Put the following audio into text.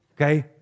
okay